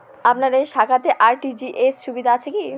আপনার এই শাখাতে আর.টি.জি.এস সুবিধা আছে কি?